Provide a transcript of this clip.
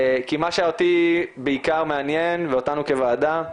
כי מה שאותי בעיקר מעניין, ואותנו כוועדה,